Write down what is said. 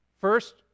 first